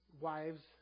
wives